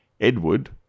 Edward